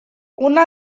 una